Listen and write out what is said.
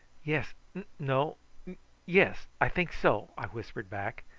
yes no yes, i think so, i whispered back.